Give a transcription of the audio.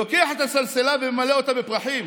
לוקח את הסלסילה וממלא אותה בפרחים?